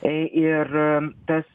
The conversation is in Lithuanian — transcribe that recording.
e ir tas